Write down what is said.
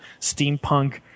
steampunk